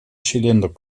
cilinder